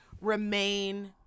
remain